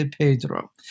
Pedro